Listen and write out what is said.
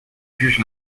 jugent